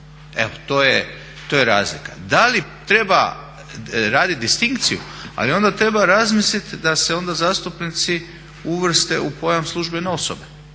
Evo to je razlika. Da li treba raditi distinkciju, ali onda treba razmisliti da se onda zastupnici uvrste u pojam službene osobe.